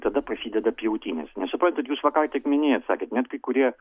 tada prasideda pjautynės nes suprantat jūs va ką tik minėjot sakėt net kai kurie